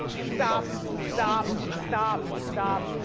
stop, stop, stop stop.